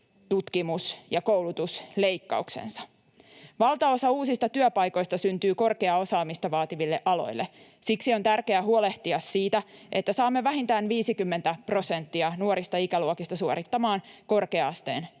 tutkimus- ja koulutusleikkauksensa. Valtaosa uusista työpaikoista syntyy korkeaa osaamista vaativille aloille. Siksi on tärkeää huolehtia siitä, että saamme vähintään 50 prosenttia nuorista ikäluokista suorittamaan korkea-asteen tutkinnon.